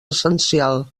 essencial